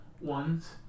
ones